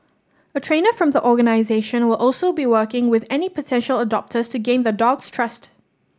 a trainer from the organisation will also be working with any potential adopters to gain the dog's trust